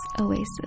oasis